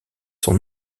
son